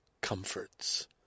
comforts